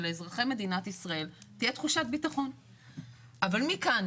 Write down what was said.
שלאזרחי מדינת ישראל תהיה תחושת ביטחון אבל מכאן